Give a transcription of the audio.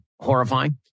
horrifying